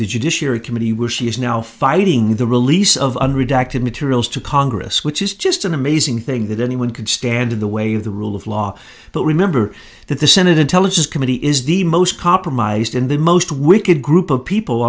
the judiciary committee was she is now fighting the release of an redacted materials to congress which is just an amazing thing that anyone could stand in the way of the rule of law but remember that the senate intelligence committee is the most compromised in the most wicked group of people